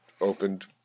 opened